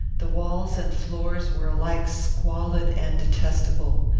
the walls and floors were alike squalid and detestable.